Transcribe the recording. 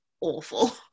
awful